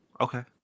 okay